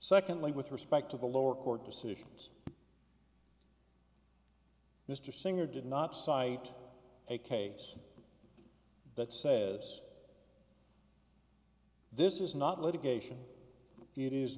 secondly with respect to the lower court decisions mr singer did not cite a case that says this is not litigation it is